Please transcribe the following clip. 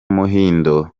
muhindo